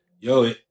Yo